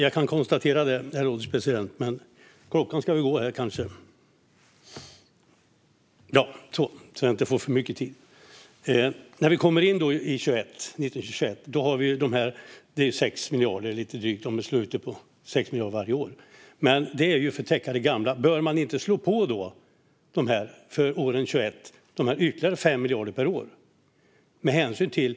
Herr ålderspresident! Jag kan konstatera det. När vi då kommer in i perioden 2019-2021 har vi beslutet om lite drygt 6 miljarder varje år. Men det är ju för att täcka det gamla. Bör man inte slå på ytterligare 5 miljarder per år från år 2021?